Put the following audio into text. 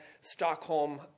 Stockholm